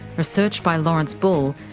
research by lawrence bull,